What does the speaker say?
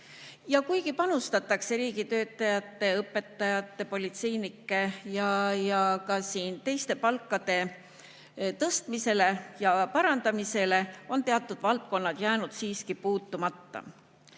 Ja kuigi panustatakse riigitöötajate, õpetajate, politseinike ja ka teiste palkade tõstmisele ja parandamisele, on teatud valdkonnad jäänud siiski puutumata. Ka